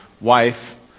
wife